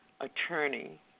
attorney